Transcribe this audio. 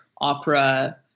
opera